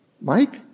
Mike